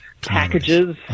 packages